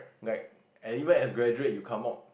like and even as graduate you come out